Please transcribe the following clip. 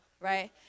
right